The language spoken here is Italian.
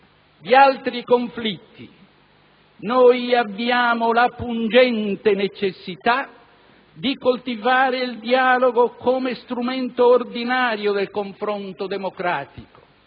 di gravi conflitti, abbiamo la pungente necessità di coltivare il dialogo come strumento ordinario del confronto democratico